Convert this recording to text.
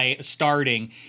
starting